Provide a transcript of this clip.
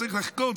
צריך לחקור,